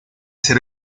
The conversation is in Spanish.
ser